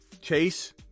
chase